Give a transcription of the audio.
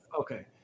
Okay